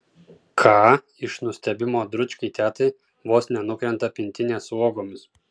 ką iš nustebimo dručkei tetai vos nenukrenta pintinė su uogomis